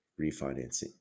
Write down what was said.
refinancing